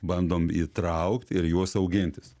bandom įtraukti ir juos augintis